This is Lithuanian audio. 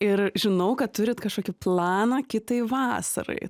ir žinau kad turit kažkokį planą kitai vasarai